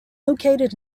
located